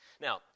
Now